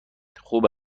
خوب